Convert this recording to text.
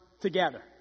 together